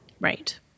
Right